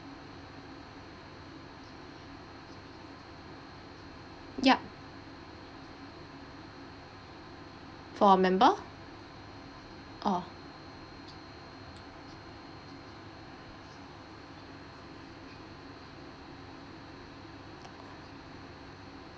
ya for member oh